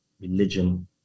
religion